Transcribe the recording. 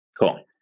Cool